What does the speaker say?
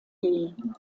gehen